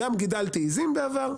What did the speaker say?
גם גידלתי עזים בעבר,